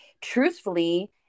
truthfully